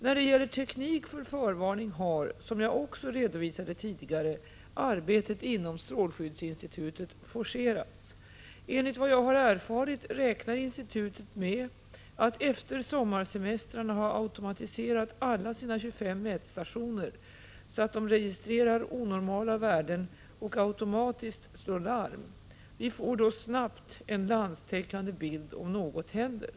När det gäller teknik för förvarning har, som jag också redovisade tidigare, arbetet inom strålskyddsinstitutet forcerats. Enligt vad jag erfarit räknar 65 institutet med att efter sommarsemestrarna ha automatiserat alla sina 25 mätstationer så att de registrerar onormala värden och automatiskt slår larm. Vi får då snabbt en landstäckande bild om något händer.